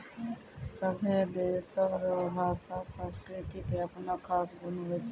सभै देशो रो भाषा संस्कृति के अपनो खास गुण हुवै छै